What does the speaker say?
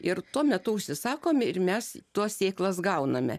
ir tuo metu užsisakom ir mes tuos sėklas gauname